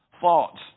thoughts